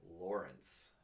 Lawrence